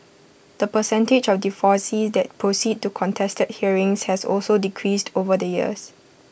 the percentage of divorces that proceed to contested hearings has also decreased over the years